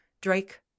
drake